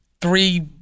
three